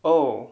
oh